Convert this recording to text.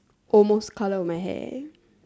almost colour of my hair